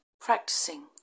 practicing